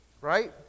right